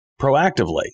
proactively